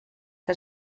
que